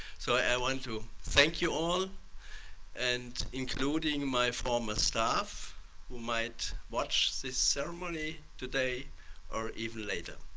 so i want to thank you all and including my former staff who might watch this ceremony today or even later.